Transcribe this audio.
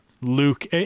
Luke